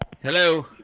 Hello